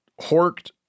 horked